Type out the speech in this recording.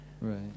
Right